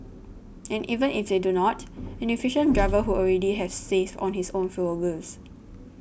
and even if they do not an efficient driver would already have saved on his own fuel bills